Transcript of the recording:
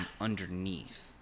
underneath